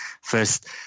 first